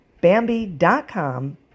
Bambi.com